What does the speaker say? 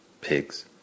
Pigs